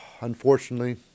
unfortunately